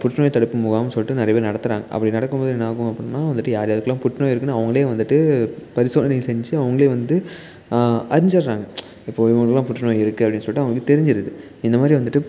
புற்றுநோய் தடுப்பு முகாம்னு சொல்லிட்டு நிறைய பேர் நடத்துகிறாங்க அப்படி நடக்கும் போது என்னாகும் அப்புடின்னா வந்துவிட்டு யார் யாருக்கெல்லாம் புற்றுநோய் இருக்குதுன்னு அவங்களே வந்துவிட்டு பரிசோதனை செஞ்சு அவங்களே வந்து அறிஞ்சிடுறாங்க இப்போது இவங்களுக்கெல்லாம் புற்றுநோய் இருக்குது அப்படின்னு சொல்லிட்டு அவங்களுக்கு தெரிஞ்சிடுது இந்த மாதிரி வந்துவிட்டு